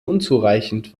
unzureichend